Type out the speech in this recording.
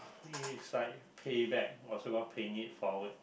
it's like pay back paying it forward